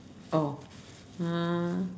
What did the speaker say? oh uh